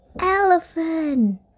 elephant